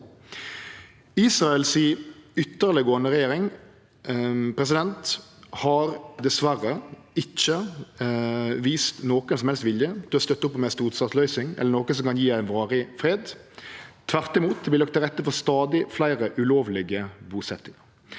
Israel si ytterleggåande regjering har dessverre ikkje vist nokon som helst vilje til å støtte opp om ei tostatsløysing, eller noko som kan gje ein varig fred. Tvert imot vert det lagt til rette for stadig fleire ulovlege busetnader.